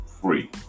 free